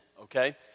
okay